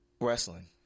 wrestling